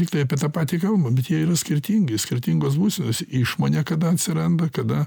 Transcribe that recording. lyg tai apie tą patį kalbam bet jie yra skirtingi skirtingos būsenos išmonė kada atsiranda kada